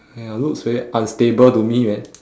!aiya! looks very unstable to me man